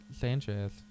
Sanchez